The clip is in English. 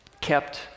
kept